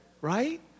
right